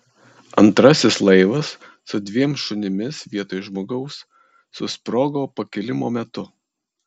antrasis laivas su dviem šunimis vietoj žmogaus susprogo pakilimo metu